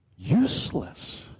Useless